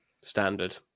standard